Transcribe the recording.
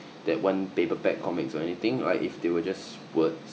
that weren't paperback comics or anything like if they were just words